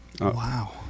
Wow